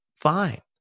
fine